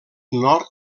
nord